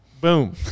Boom